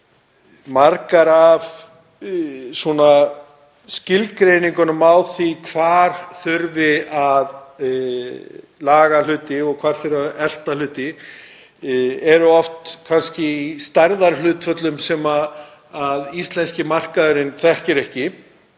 margar af skilgreiningunum á því hvar þurfi að laga hluti og hvar þurfi að elta hluti eru oft í stærðarhlutföllum sem íslenski markaðurinn þekkir ekki.